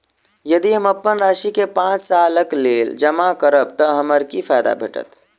यदि हम अप्पन राशि केँ पांच सालक लेल जमा करब तऽ हमरा की फायदा भेटत?